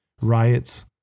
riots